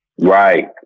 Right